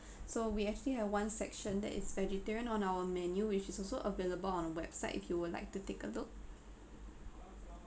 so we actually have one section that is vegetarian on our menu which is also available on our website if you would like to take a look